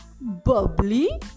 Bubbly